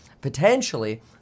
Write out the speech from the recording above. potentially